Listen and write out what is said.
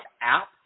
app